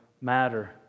matter